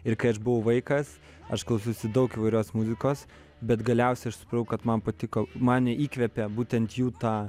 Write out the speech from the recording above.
ir kai aš buvau vaikas aš klausausi daug įvairios muzikos bet galiausiai aš supratau kad man patiko mane įkvepia būtent jų ta